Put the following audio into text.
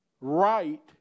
right